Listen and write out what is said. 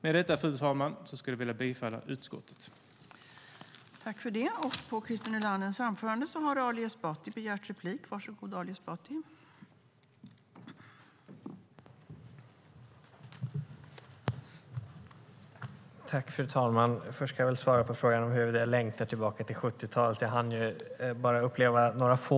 Med detta, fru talman, yrkar jag bifall till utskottets förslag i betänkandet.